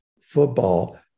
football